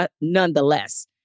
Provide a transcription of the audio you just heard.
nonetheless